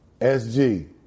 SG